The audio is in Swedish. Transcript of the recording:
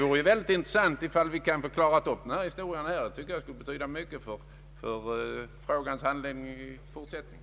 Om vi kunde klara upp den här historien, tror jag att det skulle betyda mycket för frågans handläggning i fortsättningen.